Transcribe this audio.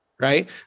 right